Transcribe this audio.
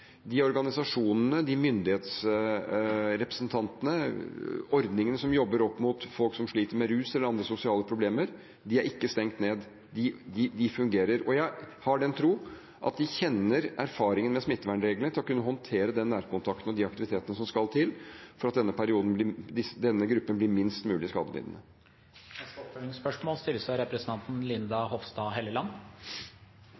De organisasjonene, myndighetsrepresentanten og ordningene som jobber opp mot folk som sliter med rus eller andre sosiale problemer, er ikke stengt ned, de fungerer. Jeg har den tro at de kjenner erfaringen med smittevernsreglene og kan håndtere den nærkontakten og de aktivitetene som skal til for at denne gruppen blir minst mulig skadelidende. Linda Hofstad Helleland – til oppfølgingsspørsmål.